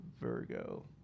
Virgo